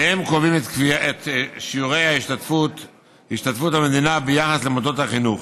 והם קובעים את שיעורי השתתפות המדינה ביחס למוסדות החינוך.